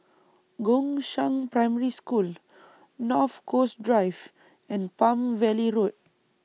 Gongshang Primary School North Coast Drive and Palm Valley Road